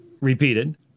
Repeated